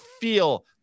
feel